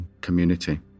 community